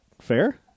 fair